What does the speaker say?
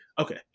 okay